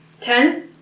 tense